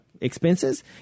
expenses